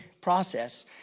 process